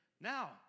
now